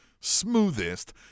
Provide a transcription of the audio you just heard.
smoothest